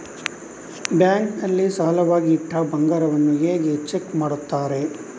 Bank ನಲ್ಲಿ ಸಾಲವಾಗಿ ಇಟ್ಟ ಬಂಗಾರವನ್ನು ಹೇಗೆ ಚೆಕ್ ಮಾಡುತ್ತಾರೆ?